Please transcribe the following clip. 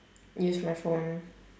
use my phone